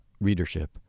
readership